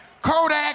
Kodak